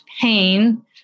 pain